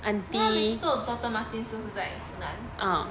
then 他每次做 doctor marten 是不是在 funan